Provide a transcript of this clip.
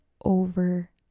over